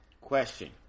Question